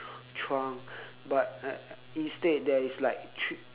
trunk but I I instead there is like tr~